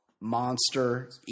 Monster